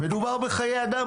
מדובר בחיי אדם.